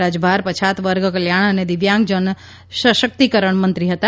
રાજભાર પછાતવર્ગ કલ્યાણ અને દિવ્યાંગજન સશક્તિકરણ મંત્રી હતા